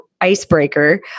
icebreaker